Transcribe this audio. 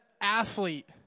athlete